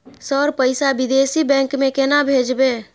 Sir पैसा विदेशी bank में केना भेजबे?